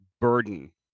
burden